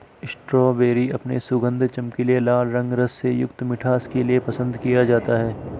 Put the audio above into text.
strawberry अपने सुगंध, चमकीले लाल रंग, रस से युक्त मिठास के लिए पसंद किया जाता है